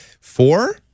Four